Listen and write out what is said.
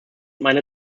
meine